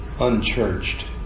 unchurched